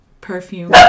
perfume